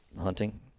hunting